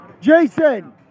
Jason